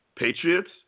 Patriots